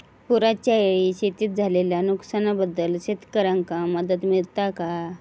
पुराच्यायेळी शेतीत झालेल्या नुकसनाबद्दल शेतकऱ्यांका मदत मिळता काय?